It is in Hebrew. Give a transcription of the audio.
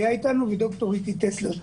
וד"ר ריקי טסלר.